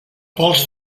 pols